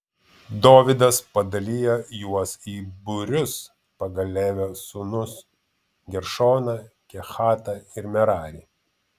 dovydas padalijo juos į būrius pagal levio sūnus geršoną kehatą ir merarį